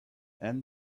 and